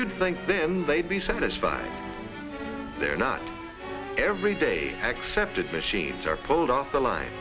you'd think they'd be satisfied they're not every day accepted machines are pulled off the line